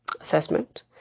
assessment